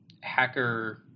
hacker